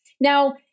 Now